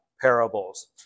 parables